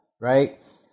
right